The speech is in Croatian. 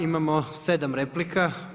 Imamo 7 replika.